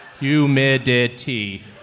Humidity